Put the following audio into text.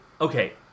okay